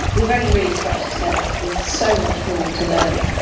we've only really scratched the surface, there's so much more to learn.